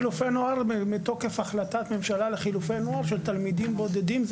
אלה חילופי נוער מתוקף החלטת ממשלה לחילופי נוער של תלמידים בודדים.